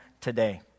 today